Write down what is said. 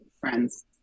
friends